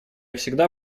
всегда